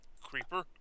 Creeper